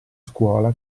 scuola